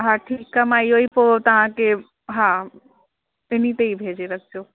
हा ठीकु आहे मां इहो ई पोइ तव्हांखे हा इन ते ई भेजे रखिजो